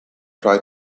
try